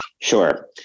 Sure